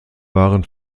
waren